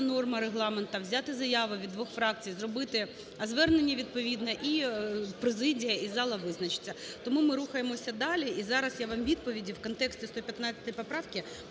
норма Регламенту: взяти заяви від двох фракцій, зробити звернення відповідне, і президія, і зала визначаться. Тому ми рухаємося далі. І зараз я вам відповіді в контексті 115 поправки